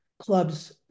clubs